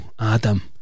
Adam